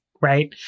right